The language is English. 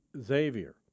Xavier